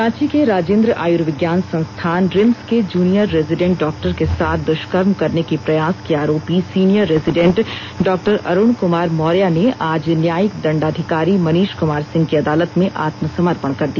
रांची के राजेंद्र आयुर्विज्ञान संस्थान रिम्स के जूनियर रेजिडेंट डॉक्टर के साथ द्ष्कर्म करने के प्रयास के आरोपी सीनियर रेजिडेंट डॉ अरुण कुमार र्मौर्या ने आज न्यायिक दंडाधिकारी मनीष कुमार सिंह की अदालत में आत्मसमर्पण कर दिया